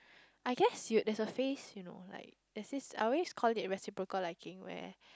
I guess you'd there is a phase you know like there's this I always call it reciprocal liking where